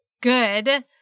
good